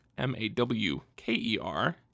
M-A-W-K-E-R